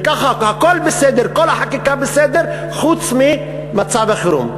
וככה הכול בסדר, כל החקיקה בסדר חוץ ממצב החירום.